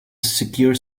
secure